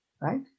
right